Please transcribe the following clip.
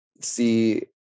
see